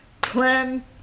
plan